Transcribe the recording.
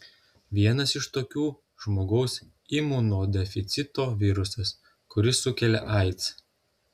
vienas iš tokių žmogaus imunodeficito virusas kuris sukelia aids